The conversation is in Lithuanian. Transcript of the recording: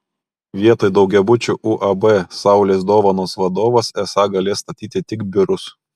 vietoj daugiabučių uab saulės dovanos vadovas esą galės statyti tik biurus